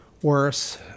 Worse